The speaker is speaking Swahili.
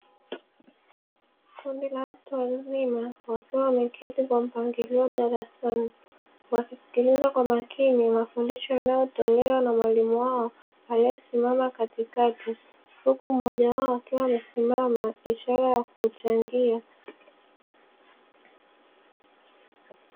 Kundi la watu wazima wakiwa wameketi kwa mpangilio darasani, wakisikiliza kwa makini mafundisho yanayotolewa na mwalimu wao, aliyesimama katikati, huku mmoja akiwa amesimama kwa ishara ya kuchangia.